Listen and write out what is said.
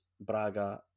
Braga